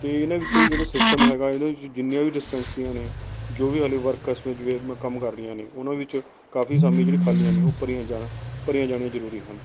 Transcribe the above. ਅਤੇ ਇਨ੍ਹਾਂ ਵਿੱਚ ਜਿਹੜਾ ਸਿਸਟਮ ਹੈਗਾ ਇਹਦੇ ਵਿੱਚ ਜਿੰਨੀਆਂ ਵੀ ਡਿਸਪੈਂਸਰੀਆਂ ਨੇ ਜੋ ਵੀ ਕੰਮ ਕਰ ਰਹੀਆਂ ਨੇ ਉਹਨਾਂ ਵਿੱਚ ਕਾਫੀ ਅਸਾਮੀ ਜਿਹੜੀ ਖਾਲੀਆਂ ਨੇ ਉਹ ਭਰੀਆਂ ਜਾਣ ਭਰੀਆਂ ਜਾਣੀਆਂ ਜ਼ਰੂਰੀ ਹਨ